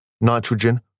nitrogen